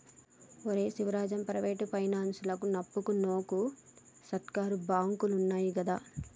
ఒరే శివరాజం, ప్రైవేటు పైనాన్సులకు అప్పుకు వోకు, సర్కారు బాంకులున్నయ్ గదా